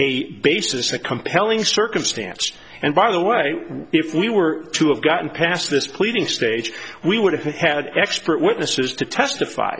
a basis a compelling circumstance and by the way if we were to have gotten past this pleading stage we would have had expert witnesses to testify